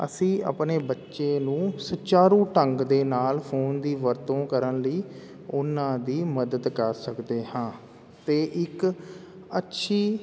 ਅਸੀਂ ਆਪਣੇ ਬੱਚੇ ਨੂੰ ਸੁਚਾਰੂ ਢੰਗ ਦੇ ਨਾਲ ਫੋਨ ਦੀ ਵਰਤੋਂ ਕਰਨ ਲਈ ਉਹਨਾਂ ਦੀ ਮਦਦ ਕਰ ਸਕਦੇ ਹਾਂ ਅਤੇ ਇੱਕ ਅੱਛੀ